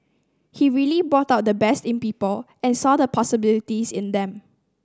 he really brought out the best in people and saw the possibilities in them